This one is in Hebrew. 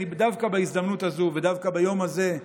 דווקא בהזדמנות הזו ודווקא ביום הזה,